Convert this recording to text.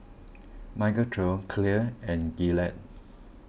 Michael Trio Clear and Gillette